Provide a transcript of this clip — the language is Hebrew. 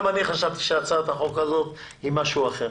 גם אני חשבתי שהצעת החוק הזאת היא משהו אחר.